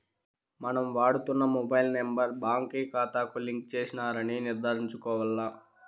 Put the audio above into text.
మనం వాడుతున్న mobile number బాంకీ కాతాకు లింక్ చేసినారని నిర్ధారించుకోవాల్ల